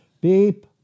Beep